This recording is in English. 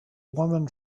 woman